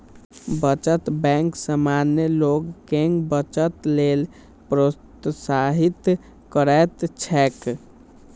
बचत बैंक सामान्य लोग कें बचत लेल प्रोत्साहित करैत छैक